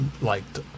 liked